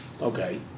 Okay